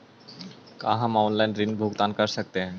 का हम आनलाइन ऋण भुगतान कर सकते हैं?